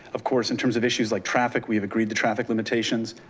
of course, in terms of issues like traffic, we have agreed to traffic limitations,